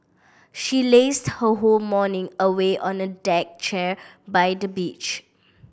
she lazed her whole morning away on a deck chair by the beach